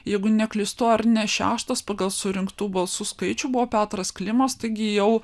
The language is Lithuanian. jeigu neklystu ar ne šeštas pagal surinktų balsų skaičių buvo petras klimas taigi jau